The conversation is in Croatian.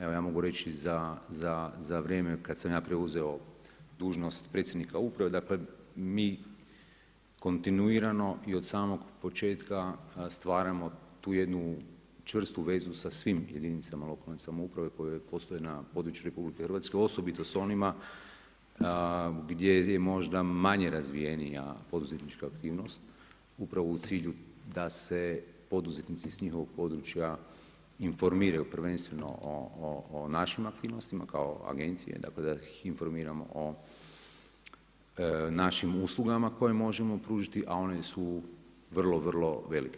Evo ja mogu reći za vrijeme kada sam ja preuzeo dužnost predsjednika uprave, dakle mi kontinuirano i od samog početka stvaramo tu jednu čvrstu vezu sa svim jedinicama lokalne samouprave koje postoje na području RH osobito sa onima gdje je možda manje razvijenija poduzetnička aktivnost upravo u cilju da se poduzetnici s njihovog područja informiraju, prvenstveno o našim aktivnostima, kao agencija, dakle da ih informiramo o našim uslugama koje možemo pružiti a one su vrlo, vrlo velike.